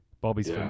Bobby's